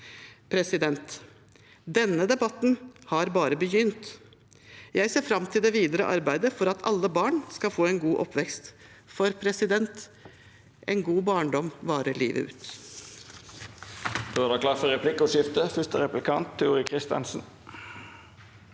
familiene. Denne debatten har bare begynt. Jeg ser fram til det videre arbeidet for at alle barn skal få en god oppvekst, for en god barndom varer livet ut.